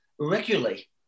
regularly